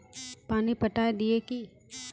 पानी पटाय दिये की?